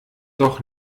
doch